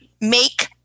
make